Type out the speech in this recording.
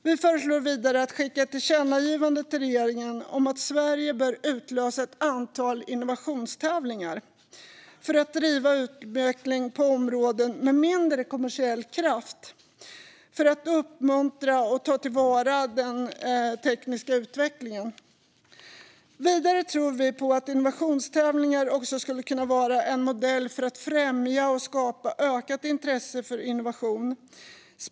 Vi föreslår vidare att skicka ett tillkännagivande till regeringen om att Sverige bör utlysa ett antal innovationstävlingar för att driva utvecklingen på områden med mindre kommersiell kraft och uppmuntra och ta till vara den tekniska utvecklingen. Vidare tror vi på att innovationstävlingar skulle kunna vara en modell för att främja och skapa ökat intresse för innovation.